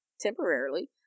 temporarily